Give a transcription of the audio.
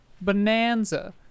bonanza